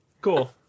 cool